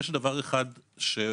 יש דבר אחד שהוא